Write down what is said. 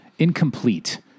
Incomplete